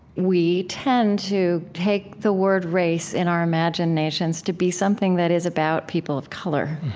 we tend to take the word race, in our imaginations, to be something that is about people of color.